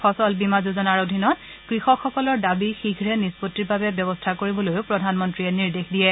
ফচল বীমা যোজনাৰ অধীনত কৃষকসকলৰ দাবী শীঘে নিস্পত্তিৰ বাবে ব্যৱস্থা কৰিবলৈও প্ৰধানমন্ত্ৰীয়ে নিৰ্দেশ দিয়ে